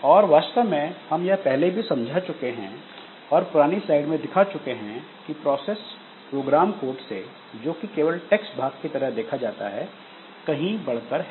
और वास्तव में हम यह पहले भी समझा चुके हैं और पुरानी स्लाइड में दिखा चुके हैं कि प्रोसेस प्रोग्राम कोड से जो कि केवल टेक्स्ट भाग की तरह देखा जाता है कहीं बढ़कर है